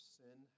sin